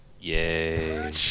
Yay